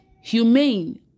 humane